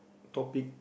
topic